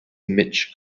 mitch